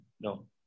no